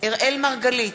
אראל מרגלית,